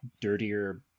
dirtier